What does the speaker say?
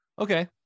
okay